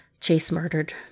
chase-murdered